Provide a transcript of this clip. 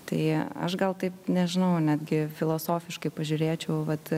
tai aš gal taip nežinau netgi filosofiškai pažiūrėčiau vat